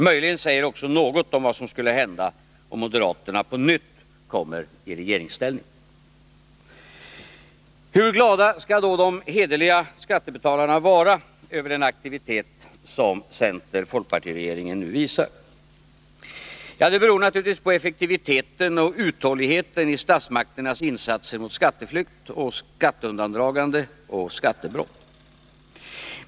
Möjligen säger det också något om vad som skulle hända, om moderaterna på nytt kom i regeringsställning. Hur glada skall då de hederliga skattebetalarna vara över den aktivitet som center-folkparti-regeringen nu visar? Ja, det beror naturligtvis på effektiviteten och uthålligheten i statsmakternas insatser mot skatteflykt, skatteundandragande och skattebrott.